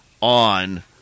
on